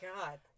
God